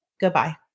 goodbye